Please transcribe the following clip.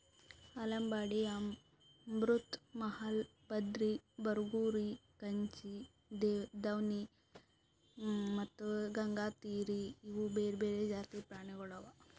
ಆಲಂಬಾಡಿ, ಅಮೃತ್ ಮಹಲ್, ಬದ್ರಿ, ಬರಗೂರು, ಕಚ್ಚಿ, ದೇವ್ನಿ ಮತ್ತ ಗಂಗಾತೀರಿ ಇವು ಬೇರೆ ಬೇರೆ ಜಾತಿದು ಪ್ರಾಣಿಗೊಳ್ ಅವಾ